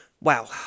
wow